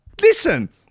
Listen